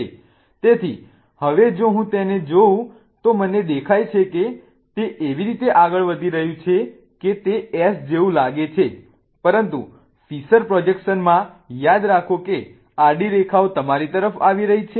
તેથી હવે જો હું તેને જોઉં તો મને દેખાય છે કે તે એવી રીતે આગળ વધી રહ્યું છે કે તે S જેવું લાગે છે પરંતુ ફિશર પ્રોજેક્શનમાં યાદ રાખો કે આડી રેખાઓ તમારી તરફ આવી રહી છે